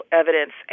evidence